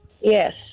Yes